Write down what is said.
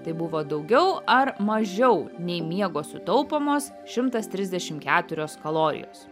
tai buvo daugiau ar mažiau nei miego sutaupomos šimtas trisdešim keturios kalorijos